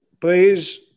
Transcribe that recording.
please